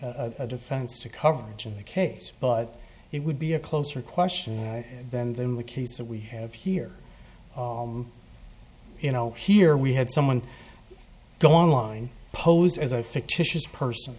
argument a defense to coverage of the case but it would be a closer question than the case that we have here you know here we had someone go online posed as a fictitious person